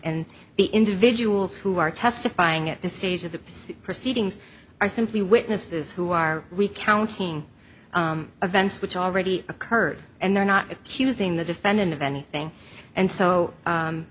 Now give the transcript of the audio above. and the individuals who are testifying at this stage of the pursuit proceedings are simply witnesses who are recounting events which already occurred and they're not accusing the defendant of anything and so